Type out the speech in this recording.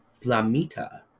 flamita